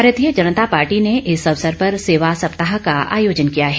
भारतीय जनता पार्टी ने इस अवसर पर सेवा सप्ताह का आयोजन किया है